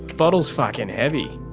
bottle's fuckin heavy.